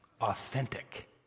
Authentic